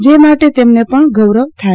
જે માટે તેમને પજ્ઞ ગૌરવ થાય